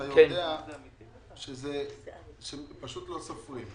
אתה יודע שפשוט לא סופרים.